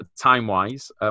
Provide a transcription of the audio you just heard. time-wise